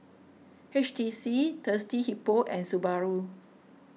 H T C Thirsty Hippo and Subaru